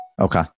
Okay